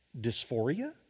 dysphoria